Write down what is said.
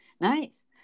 Nice